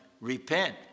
repent